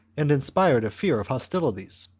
and inspired a fear of hostilities.